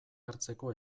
hartzeko